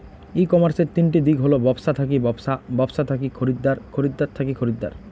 ই কমার্সের তিনটি দিক হল ব্যবছা থাকি ব্যবছা, ব্যবছা থাকি খরিদ্দার, খরিদ্দার থাকি খরিদ্দার